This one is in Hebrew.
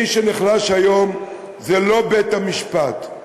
מי שנחלש היום זה לא בית-המשפט,